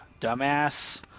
dumbass